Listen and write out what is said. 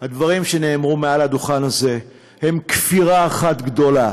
הדברים שנאמרו מעל הדוכן הזה הם כפירה אחת גדולה,